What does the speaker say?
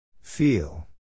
Feel